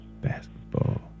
Basketball